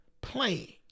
playing